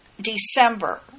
December